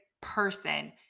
person